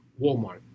Walmart